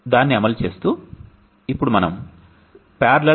దానిని అమలు చేస్తూ ఇప్పుడు మనం parallel